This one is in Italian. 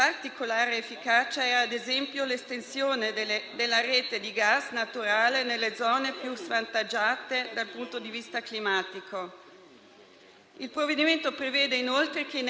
Il provvedimento prevede inoltre che nei territori di montagna le detrazioni fiscali per gli interventi edilizi si estendano anche agli interventi di allaccio ai sistemi di teleriscaldamento efficiente.